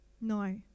No